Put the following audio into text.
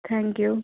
thank you